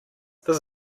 this